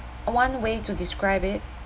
one way to describe it